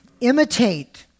imitate